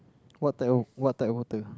what type of what type of water